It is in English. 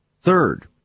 Third